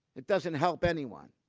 it doesn't help anyone.